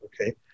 okay